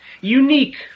unique